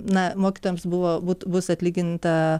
na mokytojams buvo būt bus atlyginta